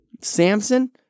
Samson